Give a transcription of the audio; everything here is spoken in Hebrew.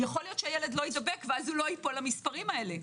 שהילד לא יידבק ואז הוא לא ייפול למספרים האלה.